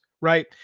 right